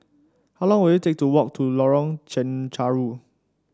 how long will it take to walk to Lorong Chencharu